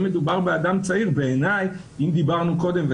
אם מדובר באדם צעיר ודיברנו קודם,